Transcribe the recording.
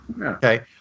Okay